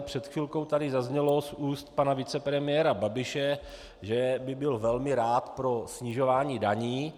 Před chvilkou tady zaznělo z úst pana vicepremiéra Babiše, že by byl velmi rád pro snižování daní.